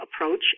approach